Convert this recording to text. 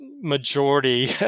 majority